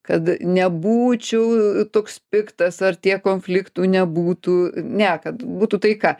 kad nebūčiau toks piktas ar tiek konfliktų nebūtų ne kad būtų taika